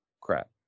crap